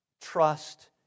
trust